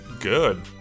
Good